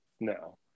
no